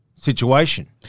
Situation